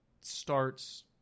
starts